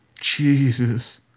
Jesus